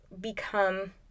become